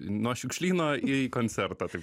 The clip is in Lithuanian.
nuo šiukšlyno į koncertą taip